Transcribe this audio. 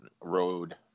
road